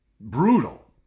brutal